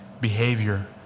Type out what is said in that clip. behavior